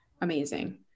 amazing